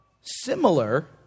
similar